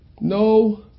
No